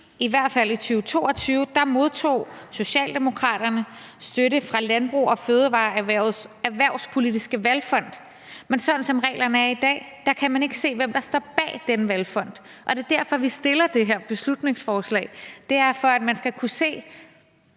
I hvert fald i 2022 modtog Socialdemokraterne støtte fra Landbrugets og Fødevareerhvervets Erhvervspolitiske Valgfond, men sådan som reglerne er i dag, kan man ikke se, hvem der står bag den valgfond. Det er derfor, vi fremsætter det her beslutningsforslag. Man skal kunne se,